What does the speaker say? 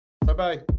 Bye-bye